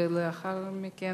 לאחר מכן